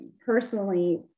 personally